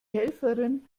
helferin